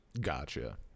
Gotcha